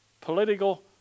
political